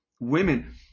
women